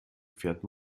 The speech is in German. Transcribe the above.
fährt